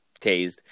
tased